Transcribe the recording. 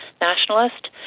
nationalist